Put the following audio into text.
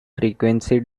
frequency